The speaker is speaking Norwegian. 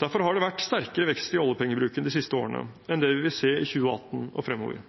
Derfor har det vært sterkere vekst i oljepengebruken de siste årene enn det vi vil se i 2018 og fremover.